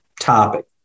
topic